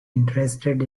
interested